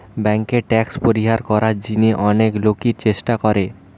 বেঙ্কে ট্যাক্স পরিহার করার জিনে অনেক লোকই চেষ্টা করে